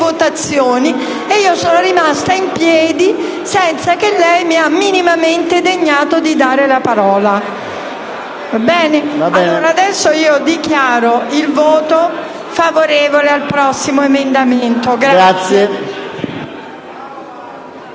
votazioni e io sono rimasta in piedi, senza le che lei si sia minimamente degnato di darmi la parola. Adesso dichiaro il voto favorevole all'emendamento 1.41.